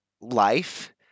life